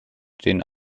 den